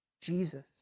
Jesus